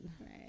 Right